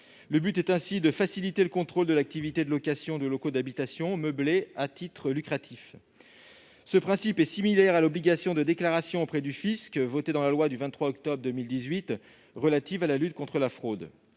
Il s'agit ainsi de faciliter le contrôle de l'activité de location de locaux d'habitation meublés à titre lucratif. Dans son principe, une telle mesure est similaire à l'obligation de déclaration auprès du fisc qui figure dans la loi du 23 octobre 2018 relative à la lutte contre la fraude.